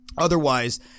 Otherwise